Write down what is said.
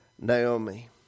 Naomi